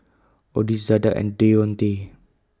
Odis Zada and Deontae